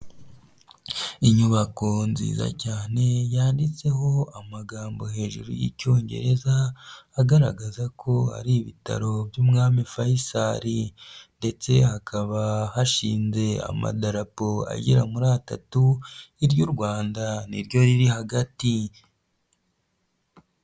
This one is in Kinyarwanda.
Inyubako nziza cyane yanditseho amagambo hejuru y'icyongereza agaragaza ko hari ibitaro by'umwami fayisali ndetse hakaba hashinze amadarapo agera muri atatu iry'u Rwanda ni ryo riri hagati.